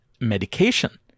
medication